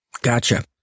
Gotcha